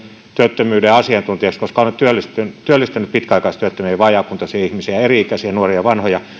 työttömyyden asiantuntijaksi koska olen työllistänyt pitkäaikaistyöttömiä ja vajaakuntoisia ihmisiä eri ikäisiä nuoria vanhoja